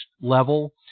level